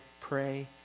pray